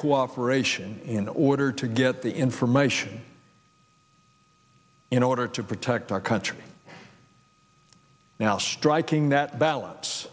cooperation in order to get the information in order to protect our country now striking that balance